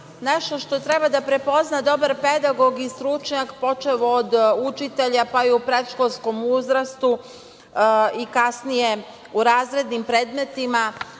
treba da prepozna dobar pedagog i stručnjak, počev od učitelja, pa i u predškolskom uzrastu i kasnije u razrednim predmetima,